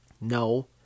No